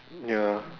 ya